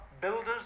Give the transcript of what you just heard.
builders